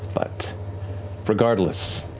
but regardless,